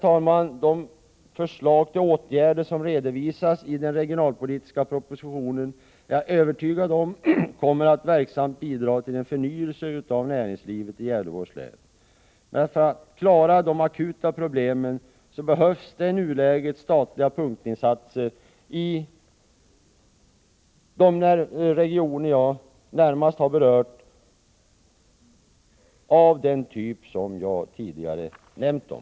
Till sist: De förslag till åtgärder som redovisas i den regionalpolitiska propositionen är jag övertygad om kommer att verksamt bidra till en förnyelse av näringslivet i Gävleborgs län. Men för att klara de akuta problemen behövs det i nuläget statliga punktinsatser i vissa regioner av den typ som jag tidigare nämnt om.